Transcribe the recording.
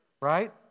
right